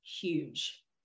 huge